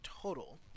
total